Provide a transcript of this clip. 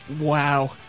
Wow